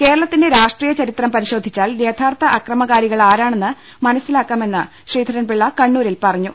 കേരളത്തിന്റെ രാഷ്ട്രീയ ചരിത്രം പരിശോധിച്ചാൽ യഥാർത്ഥ അക്രമകാരികൾ ആരാണെന്ന് മനസ്സിലാക്കാമെന്ന് ശ്രീധരൻപിള്ള കണ്ണൂരിൽ പറഞ്ഞു